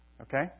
Okay